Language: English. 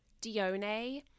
Dione